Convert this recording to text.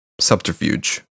subterfuge